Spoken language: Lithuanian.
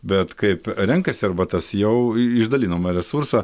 bet kaip renkasi arbatas jau išdalinom resursą